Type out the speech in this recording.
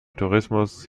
tourismus